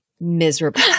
miserable